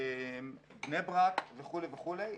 בני ברק וכו' וכו'.